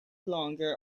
longer